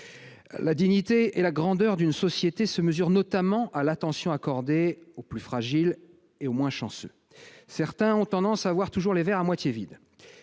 La dignité et la grandeur d'une société se mesurent notamment à l'attention accordée aux plus fragiles et aux moins chanceux. Certains ont tendance à toujours voir le verre à moitié vide,